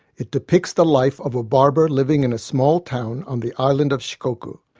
it depicts the life of a barber living in a small town on the island of shikoku.